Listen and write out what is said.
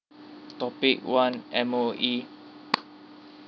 topic one M_O_E